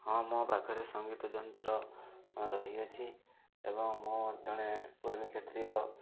ହଁ ମୋ ପାଖରେ ସଙ୍ଗୀତ ଯନ୍ତ୍ର ରହିଅଛି ଏବଂ ମୁଁ ଜଣେ କୂର୍ମୀକ୍ଷେତ୍ର